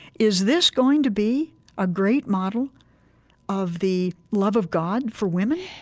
is this going to be a great model of the love of god for women?